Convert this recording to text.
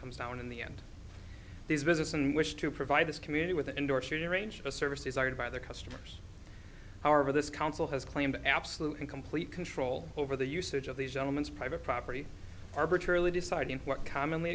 comes down in the end these business and wish to provide this community with indoor shooting range of services are by their customers however this council has claimed absolute and complete control over the usage of these elements private property arbitrarily deciding what commonly